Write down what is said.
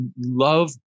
love